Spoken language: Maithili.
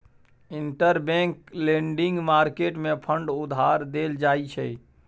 इंटरबैंक लेंडिंग मार्केट मे फंड उधार देल जाइ छै